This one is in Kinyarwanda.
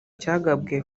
cyagabwe